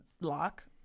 lock